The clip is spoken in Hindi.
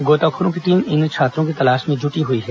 गोताखोरों की टीम इन छात्रों की तलाश में जुटी हुई है